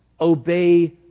obey